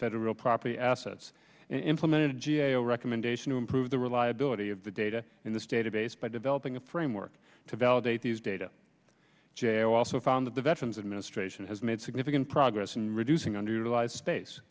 federal property assets implemented g a o recommendation to improve the reliability of the data in this database by developing a framework to validate these data g a o also found that the veterans administration has made significant progress in reducing underutilized space